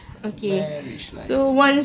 marriage life